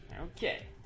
Okay